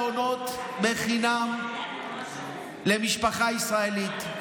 מעונות חינם למשפחה ישראלית,